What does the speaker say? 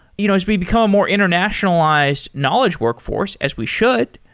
you know as we become a more internationalized knowledge workforce, as we should,